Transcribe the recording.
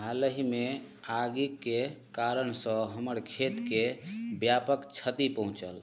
हालहिमे आगिके कारणसँ हमर खेतके व्यापक क्षति पहुँचल